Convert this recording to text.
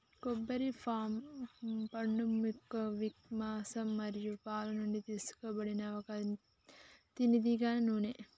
కొబ్బరి పామ్ పండుయొక్క విక్, మాంసం మరియు పాలు నుండి తీసుకోబడిన ఒక తినదగిన నూనె